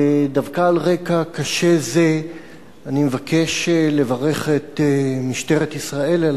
ודווקא על רקע קשה זה אני מבקש לברך את משטרת ישראל על